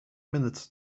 minutes